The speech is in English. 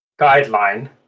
guideline